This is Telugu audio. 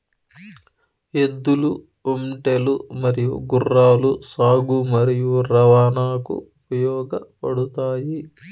ఎద్దులు, ఒంటెలు మరియు గుర్రాలు సాగు మరియు రవాణాకు ఉపయోగపడుతాయి